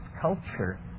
culture